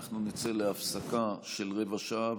אנחנו נצא להפסקה של רבע שעה.